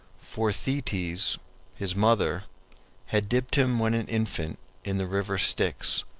for thetis his mother had dipped him when an infant in the river styx,